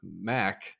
Mac